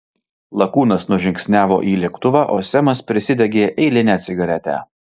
lakūnas nužingsniavo į lėktuvą o semas prisidegė eilinę cigaretę